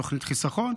תוכנית חיסכון,